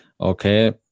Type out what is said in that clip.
okay